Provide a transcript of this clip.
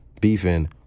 beefing